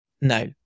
No